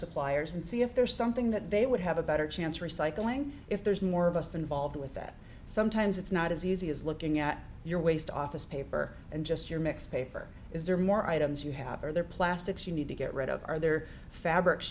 suppliers and see if there's something that they would have a better chance recycling if there's more of us involved with that sometimes it's not as easy as looking at your waste office paper and just your mix paper is there more items you have or there plastics you need to get rid of are there fabrics